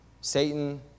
Satan